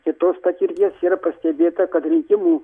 kitos patirties yra pastebėta kad rinkimų